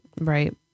Right